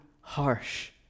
harsh